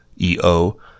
EO